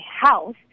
house